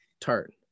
tart